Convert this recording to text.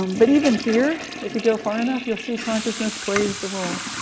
um but even here, if you go far enough, you'll see consciousness plays the role.